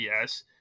yes